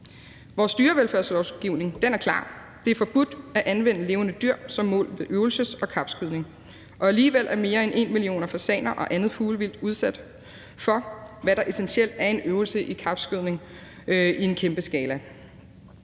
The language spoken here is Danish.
Vores dyrevelfærdslovgivning er klar: Det er forbudt at anvende levende dyr som mål ved øvelses- og kapskydning, og alligevel er mere end en million fasaner og andet fuglevildt udsat for, hvad der essentielt er en øvelse i kapskydning i en kæmpe skala.